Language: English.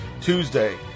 Tuesday